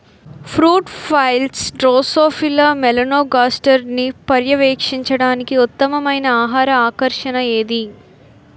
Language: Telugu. ఫ్రూట్ ఫ్లైస్ డ్రోసోఫిలా మెలనోగాస్టర్ని పర్యవేక్షించడానికి ఉత్తమమైన ఆహార ఆకర్షణ ఏది?